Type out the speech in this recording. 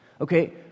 okay